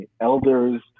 elders